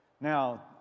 now